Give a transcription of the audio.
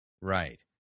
right